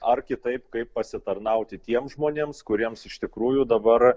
ar kitaip kaip pasitarnauti tiem žmonėms kuriems iš tikrųjų dabar